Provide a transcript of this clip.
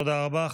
תודה רבה.